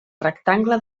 rectangle